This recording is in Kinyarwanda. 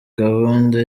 gahunda